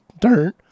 dirt